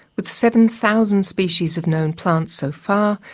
with seven thousand species of known plants so far,